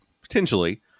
potentially